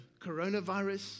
coronavirus